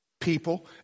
People